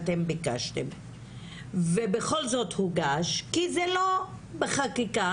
כל תקציב וכל שינוי בתקציב המדינה,